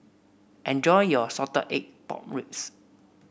enjoy your Salted Egg Pork Ribs